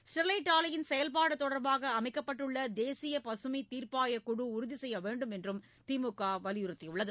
Sterlite ஆலையின் செயல்பாடு தொடர்பாக அமைக்கப்பட்டுள்ள தேசிய பசுமைத் தீர்ப்பாயக்குழு உறுதி செய்ய வேண்டுமென்று திமுக வலியுறுத்தியுள்ளது